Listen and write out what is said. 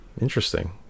interesting